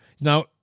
Now